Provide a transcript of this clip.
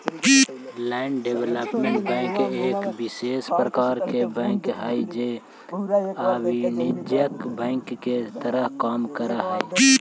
land development bank एक विशेष प्रकार के बैंक हइ जे अवाणिज्यिक बैंक के तरह काम करऽ हइ